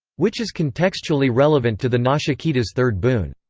which is contextually relevant to the nachiketa's third boon.